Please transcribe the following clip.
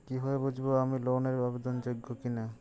কীভাবে বুঝব আমি লোন এর আবেদন যোগ্য কিনা?